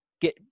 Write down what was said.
get